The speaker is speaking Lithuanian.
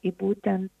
į būtent